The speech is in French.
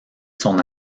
son